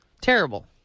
Terrible